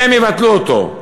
שיבטלו אותו?